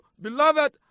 beloved